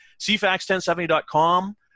cfax1070.com